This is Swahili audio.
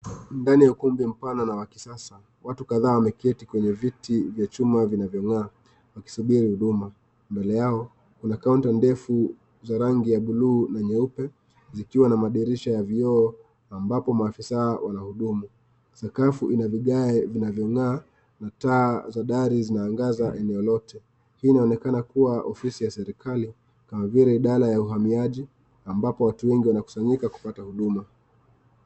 Mbele ya ukumbi mpana na wa kisasa, watu kadhaa wameketi kwenye viti vya chuma vinavyong'aa, wakisubiri huduma. Mbele yao, kuna kaunta ndefu za rangi ya buluu na nyeupe, zikiwa na madirisha ya vioo ambapo maafisa wanahudumu. Sakafu ina vigae vinavyong'aa na taa za dari zinaangaza eneo lote. Hii inaonekana kuwa ofisi ya serikali, kama vile idara ya uhamiaji, ambapo watu wengi wanakusanyika kupata huduma.